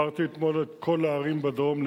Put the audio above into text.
עברתי אתמול בכל הערים בדרום,